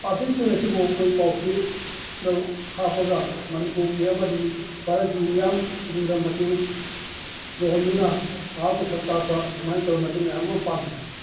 ꯑꯥꯔꯇꯤꯁꯁꯤꯡ ꯑꯁꯤꯕꯨ ꯑꯩꯈꯣꯏ ꯄꯥꯎꯆꯦꯗ ꯍꯥꯞꯄꯒ ꯃꯅꯤꯄꯨꯔꯒꯤ ꯑꯃꯗꯤ ꯚꯥꯔꯠꯀꯤ ꯃꯤꯌꯥꯝ ꯈꯨꯗꯤꯡꯗ ꯃꯇꯦꯡ ꯌꯧꯍꯟꯗꯨꯅ ꯃꯍꯥꯛꯄꯨ ꯁꯛ ꯇꯥꯛꯄ ꯑꯁꯨꯃꯥꯏꯅ ꯇꯧꯔꯒ ꯃꯇꯦꯡ ꯃꯌꯥꯝ ꯑꯃ ꯄꯥꯡꯈꯔꯦ